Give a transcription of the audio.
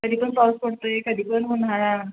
कधी पण पाऊस पडतो आहे कधी पण उन्हाळा